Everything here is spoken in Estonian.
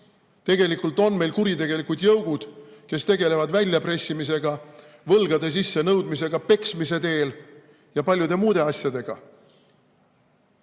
Tegelikult on meil kuritegelikud jõugud, kes tegelevad väljapressimisega, võlgade sissenõudmisega peksmise teel ja paljude muude asjadega.